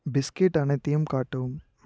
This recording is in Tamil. பிஸ்கெட் அனைத்தையும் காட்டவும்